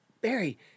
Barry